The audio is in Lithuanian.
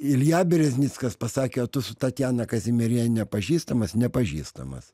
ilja bereznickas pasakė o tu su tatjana kazimieriene nepažįstamas nepažįstamas